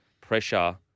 pressure